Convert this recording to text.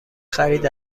خرید